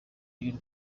y’u